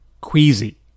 queasy